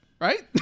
Right